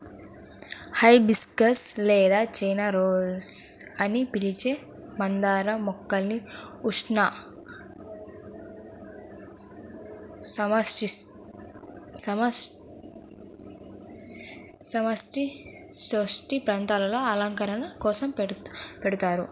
hibiscus లేదా China rose అని పిలిచే మందార మొక్కల్ని ఉష్ణ, సమసీతోష్ణ ప్రాంతాలలో అలంకరణ కోసం పెంచుతారు